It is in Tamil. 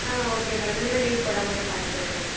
ஆ ஓகே மேடம் இனிமேல் லீவு போடாமல் நான் பார்த்துக்குறேன் மேடம்